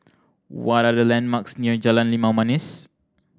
what are the landmarks near Jalan Limau Manis